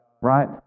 right